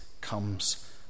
comes